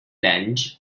lange